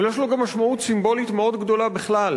אבל יש לו גם משמעות סימבולית מאוד גדולה בכלל,